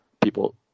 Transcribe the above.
people